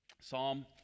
Psalm